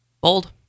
bold